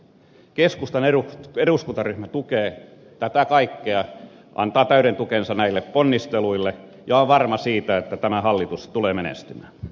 keskustan eduskuntaryhmä tukee tätä kaikkea antaa täyden tukensa näille ponnisteluille ja on varma siitä että tämä hallitus tulee menestymään ne